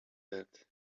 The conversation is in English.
that